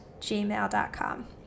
gmail.com